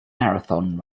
marathon